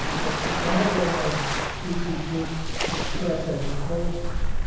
but none of them are easy to express as equations.